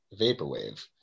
vaporwave